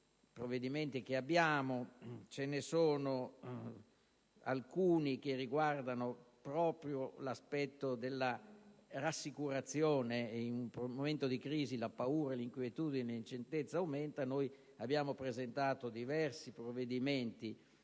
provvedimenti, ce ne sono alcuni che riguardano proprio l'aspetto della rassicurazione. In un momento di crisi, la paura, l'inquietudine, l'incertezza aumenta; noi abbiamo presentato diversi provvedimenti,